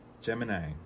Gemini